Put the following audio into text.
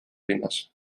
linnas